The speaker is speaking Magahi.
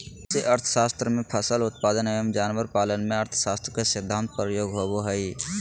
कृषि अर्थशास्त्र में फसल उत्पादन एवं जानवर पालन में अर्थशास्त्र के सिद्धान्त प्रयोग होबो हइ